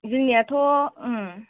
जोंनियाथ'